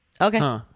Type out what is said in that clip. Okay